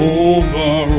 over